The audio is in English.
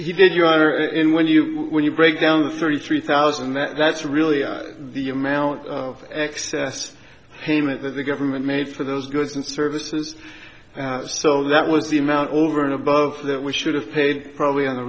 did you are in when you when you break down thirty three thousand that's really the amount of excess payment that the government made for those goods and services so that was the amount over and above that we should have paid probably on the